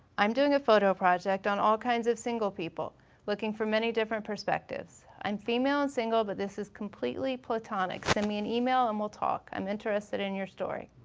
i'm doing a photo project on all kinds of single people looking for many different perspectives. i'm female and single but this is completely platonic. send me an email and we'll talk. i'm interested in your story.